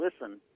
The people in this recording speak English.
listen